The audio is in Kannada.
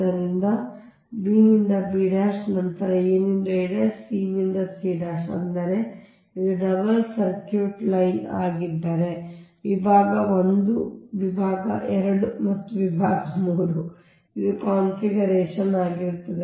ಆದ್ದರಿಂದ b ನಿಂದ b ನಂತರ a ನಿಂದ a ಮತ್ತು c ನಿಂದ c ಅಂದರೆ ಇದು ಡಬಲ್ ಸರ್ಕ್ಯೂಟ್ ಲೈನ್ ಆಗಿದ್ದರೆ ವಿಭಾಗ 1 ವಿಭಾಗ 2 ಮತ್ತು ವಿಭಾಗ 3 ಇದು ಕಾನ್ಫಿಗರೇಶನ್ ಆಗಿರುತ್ತದೆ